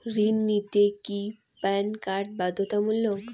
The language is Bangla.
ঋণ নিতে কি প্যান কার্ড বাধ্যতামূলক?